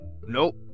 nope